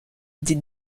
did